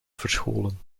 verscholen